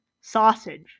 Sausage